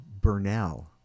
Burnell